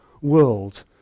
world